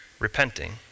repenting